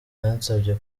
yansabye